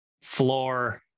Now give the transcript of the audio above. floor